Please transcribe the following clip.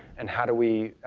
and how do we